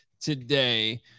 today